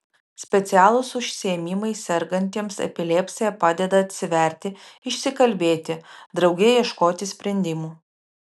specialūs užsiėmimai sergantiems epilepsija padeda atsiverti išsikalbėti drauge ieškoti sprendimų